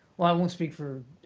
well, i won't speak for